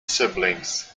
siblings